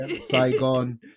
Saigon